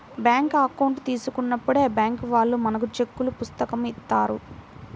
bank account తీసుకున్నప్పుడే bank వాళ్ళు మనకు చెక్కుల పుస్తకం ఇత్తారు